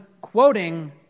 quoting